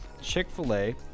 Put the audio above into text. Chick-fil-A